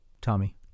Tommy